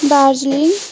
Darjeeling